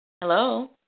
Hello